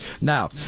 Now